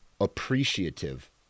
appreciative